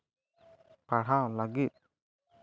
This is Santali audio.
ᱯᱟᱲᱦᱟᱣ ᱞᱟᱹᱜᱤᱫ